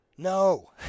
No